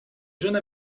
jeune